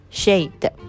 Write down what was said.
shade